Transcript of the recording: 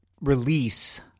release